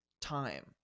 time